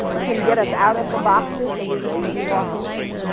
can get us out of the boxes that we we walked in with.